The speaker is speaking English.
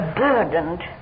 burdened